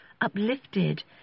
uplifted